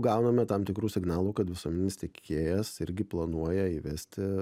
gauname tam tikrų signalų kad visuomeninis tiekėjas irgi planuoja įvesti